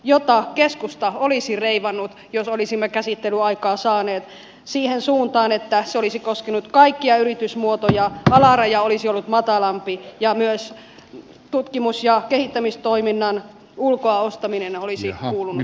tätä keskusta olisi reivannut jos olisimme käsittelyaikaa saaneet siihen suuntaan että se olisi koskenut kaikkia yritysmuotoja alaraja olisi ollut matalampi ja myös tutkimus ja kehittämistoiminnan ulkoa ostaminen olisi kuulunut tähän vähennyksen piiriin